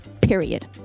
period